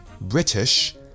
British